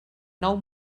nou